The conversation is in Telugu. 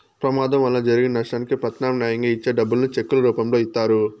ప్రమాదం వలన జరిగిన నష్టానికి ప్రత్యామ్నాయంగా ఇచ్చే డబ్బులను చెక్కుల రూపంలో ఇత్తారు